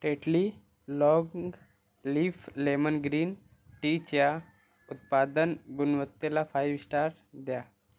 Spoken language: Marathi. Tetley long leaf lemon green टीच्या उत्पादन गुणवत्तेला फाईव्ह स्टार द्या